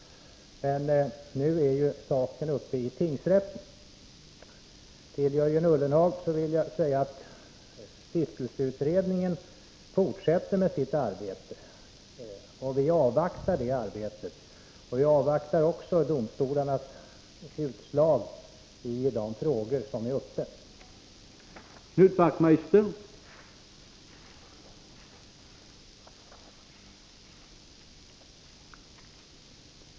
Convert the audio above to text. Frågan är emellertid nu uppe i tingsrätten. Till Jörgen Ullenhag vill jag säga att stiftelseutredningen fortsätter med sitt arbete, och vi avvaktar detta arbete. Vi avvaktar också domstolarnas utslag i de frågor som är uppe till behandling.